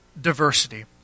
diversity